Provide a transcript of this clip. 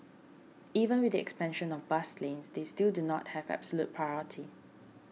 even with the expansion of bus lanes they still do not have absolute priority